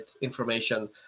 information